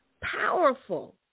powerful